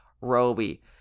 Roby